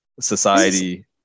society